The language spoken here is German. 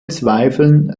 zweifeln